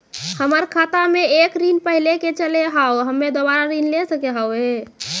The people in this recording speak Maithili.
हमर खाता मे एक ऋण पहले के चले हाव हम्मे दोबारा ऋण ले सके हाव हे?